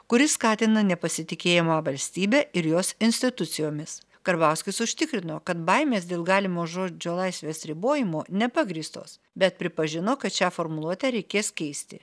kuri skatina nepasitikėjimą valstybe ir jos institucijomis karbauskis užtikrino kad baimės dėl galimo žodžio laisvės ribojimo nepagrįstos bet pripažino kad šią formuluotę reikės keisti